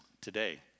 Today